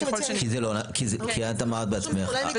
כי את אמרת בעצמך.